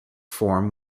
form